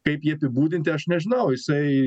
kaip jį apibūdinti aš nežinau jisai